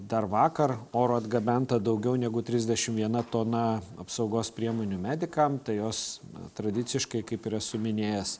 dar vakar oru atgabenta daugiau negu trisdešimt viena tona apsaugos priemonių medikam tai jos tradiciškai kaip ir esu minėjęs